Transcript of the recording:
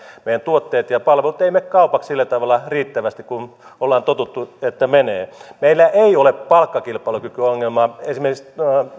meidän tuotteet ja palvelut eivät mene kaupaksi sillä tavalla riittävästi kuin olemme tottuneet että menevät meillä ei ole palkkakilpailukykyongelmaa esimerkiksi